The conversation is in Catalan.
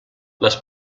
les